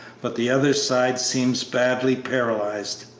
but the other side seems badly paralyzed.